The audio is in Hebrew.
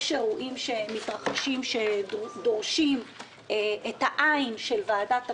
יש אירועים שמתרחשים שדורשים את העין של ועדת הכספים.